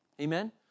Amen